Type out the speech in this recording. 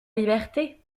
liberté